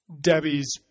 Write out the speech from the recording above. Debbie's